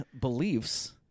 beliefs